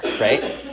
right